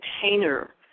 container